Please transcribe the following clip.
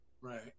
Right